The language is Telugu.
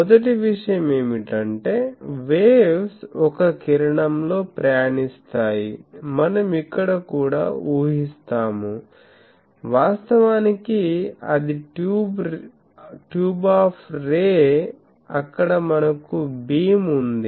మొదటి విషయం ఏమిటంటే వేవ్స్ ఒక కిరణంలో ప్రయాణిస్తాయి మనం ఇక్కడ కూడా ఊహిస్తాము వాస్తవానికి అది ట్యూబ్ ఆఫ్ రే అక్కడ మనకు బీమ్ ఉంది